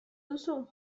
duzu